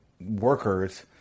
workers